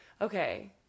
Okay